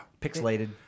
pixelated